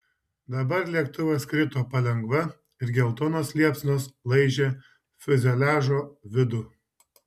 dabar lėktuvas krito palengva ir geltonos liepsnos laižė fiuzeliažo vidų